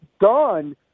done